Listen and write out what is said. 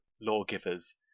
lawgivers